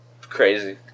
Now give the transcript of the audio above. crazy